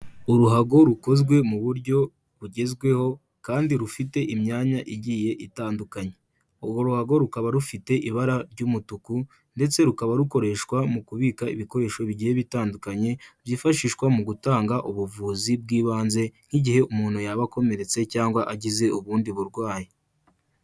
Uruhago rukozwe mu buryo bugezweho kandi rufite imyanya igiye itandukanye, uru ruhago rukaba rufite ibara ry'umutuku ndetse rukaba rukoreshwa mu kubika ibikoresho bigiye bitandukanye, byifashishwa mu gutanga ubuvuzi bw'ibanze nk'igihe umuntu yaba akomeretse cyangwa agize ubundi burwayi.